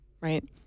right